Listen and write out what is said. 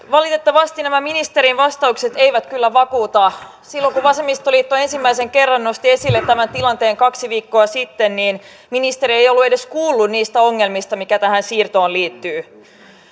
valitettavasti nämä ministerin vastaukset eivät kyllä vakuuta silloin kun vasemmistoliitto ensimmäisen kerran nosti esille tämän tilanteen kaksi viikkoa sitten niin ministeri ei ollut edes kuullut niistä ongelmista mitä tähän siirtoon liittyy